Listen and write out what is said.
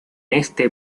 este